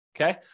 okay